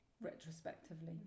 retrospectively